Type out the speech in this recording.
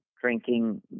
drinking